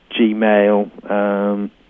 Gmail